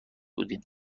بودیم